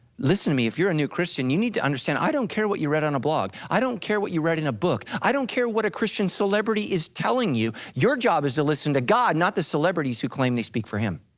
listen to me if you're a new christian, you need to understand i don't care what you read on a blog, i don't care what you read in a book, i don't care what a christian celebrity is telling you, your job is to listen to god not the celebrities who claim they speak for him.